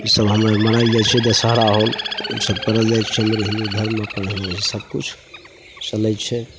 ईसब हमर मनाएल जाइ छै दशहरा होल ईसब करल जाइ छै हमर हिन्दू धर्ममे अपन एहिना सबकिछु चलै छै